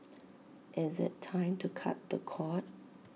is IT time to cut the cord